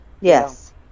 yes